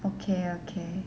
okay okay